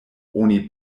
oni